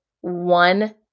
one